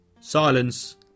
Silence